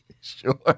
Sure